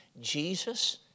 Jesus